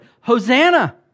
Hosanna